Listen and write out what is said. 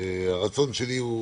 הרצון שלי הוא